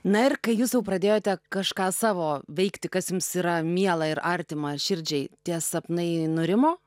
na ir kai jūs jau pradėjote kažką savo veikti kas jums yra miela ir artima širdžiai tie sapnai nurimo